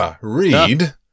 read